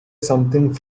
something